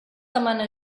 demana